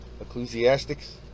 Ecclesiastics